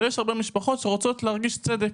אבל יש הרבה משפחות שרוצות להרגיש צדק.